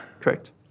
Correct